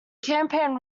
campaign